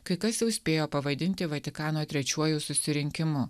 kai kas jau spėjo pavadinti vatikano trečiuoju susirinkimu